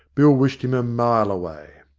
bill wished him a mile away.